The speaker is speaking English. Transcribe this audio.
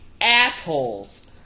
assholes